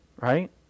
right